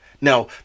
now